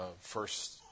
first